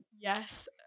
yes